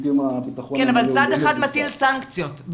אבל צד אחד מטיל סנקציות,